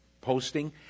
posting